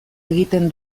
egiten